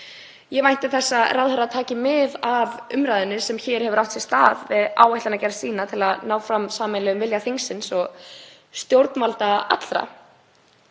Ég vænti þess að ráðherra taki mið af umræðunni sem hér hefur átt sér stað við áætlanagerð sína til að ná fram sameiginlegum vilja þingsins og stjórnvalda allra.